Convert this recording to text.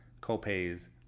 co-pays